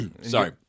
sorry